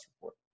report